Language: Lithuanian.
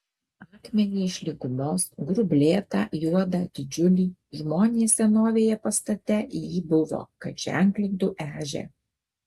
akmenį iš lygumos grublėtą juodą didžiulį žmonės senovėje pastate jį buvo kad ženklintų ežią